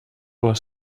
les